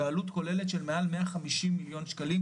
בעלות כוללת של מעל מאה חמישים מיליון שקלים.